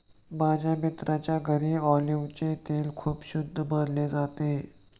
माझ्या मित्राच्या घरी ऑलिव्हचे तेल खूप शुद्ध मानले जाते